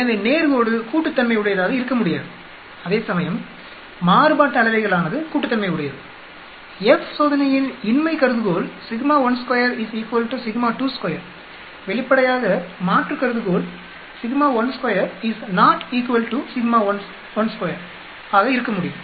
எனவே நேர்கோடு கூட்டுத்தன்மையுடையதாக இருக்கமுடியாது அதே சமயம் மாறுபாட்டு அளவைகளானது கூட்டுத்தன்மையுடையது F - சோதனையின் இன்மை கருதுகோள் வெளிப்படையாக மாற்று கருதுகோள் ஆக இருக்கமுடியும்